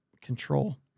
control